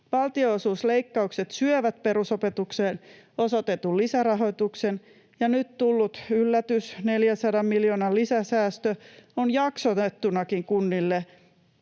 Valtionosuusleikkaukset syövät perusopetukseen osoitetun lisärahoituksen, ja nyt tullut yllätys, 400 miljoonan lisäsäästö, on jaksotettunakin kunnille